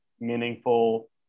meaningful